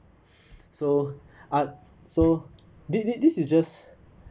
so utt~ so this this this is just